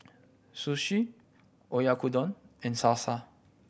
Sushi Oyakodon and Salsa